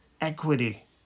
equity